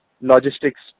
logistics